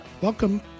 Welcome